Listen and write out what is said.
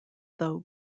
though